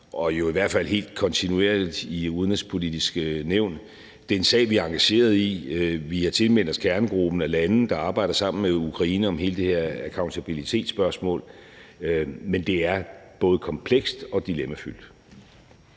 jo i hvert fald helt kontinuerligt i Det Udenrigspolitiske Nævn. Det er en sag, vi er engagerede i. Vi har tilmeldt os kernegruppen af lande, der arbejder sammen med Ukraine om hele det her accountabilitetsspørgsmål, men det er både komplekst og dilemmafyldt.